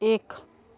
एक